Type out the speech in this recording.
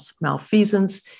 malfeasance